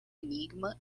enigma